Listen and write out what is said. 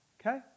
okay